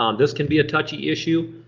um this can be a touchy issue.